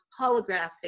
holographic